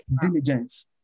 Diligence